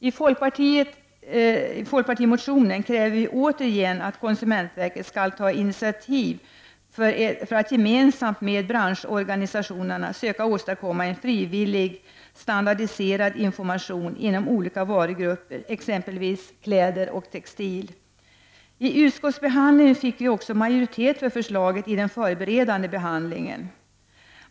I folkpartimotionen kräver vi återigen att konsumentverket skall ta initiativ för att gemensamt med branschorganisationerna söka åstadkomma en frivillig standardiserad information inom olika varugrupper, exempelvis kläder och textil. I utskottsbehandlingen fick vi också majoritet för förslaget i den förberedande behandlingen.